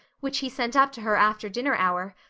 which he sent up to her after dinner hour,